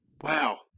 Wow